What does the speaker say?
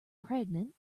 pregnant